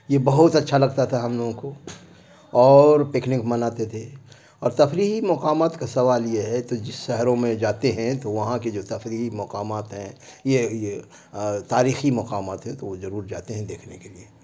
یہ بہت اچھا لگتا تھا ہم لوگوں کو اور پکنک مناتے تھے اور تفریحی مقامات کا سوال یہ ہے تو جس شہروں میں جاتے ہیں تو وہاں کے جو تفریحی مقامات ہیں یہ یہ تاریخی مقامات ہیں تو وہ ضرور جاتے ہیں دیکھنے کے لیے